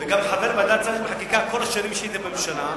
וגם חבר ועדת השרים לחקיקה בכל השנים שהייתי בממשלה,